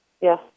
Yes